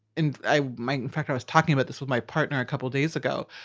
and i, my, in fact, i was talking about this with my partner a couple days ago.